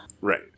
Right